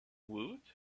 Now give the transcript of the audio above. woot